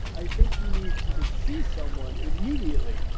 i think he needs to see someone immediately.